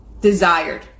desired